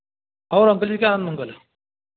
और अंकल जी क्या हाल मंगल है